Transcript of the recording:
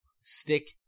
stick